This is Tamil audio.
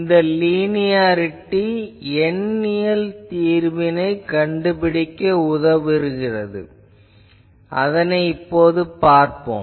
இந்த லீனியாரிட்டி எண்ணியல் தீர்வைக் கண்டுபிடிக்க உதவுகிறது அதனைப் பார்ப்போம்